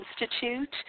Institute